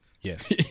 yes